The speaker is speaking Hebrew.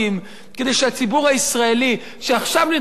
כדי שהציבור הישראלי שעכשיו נדרש לשלם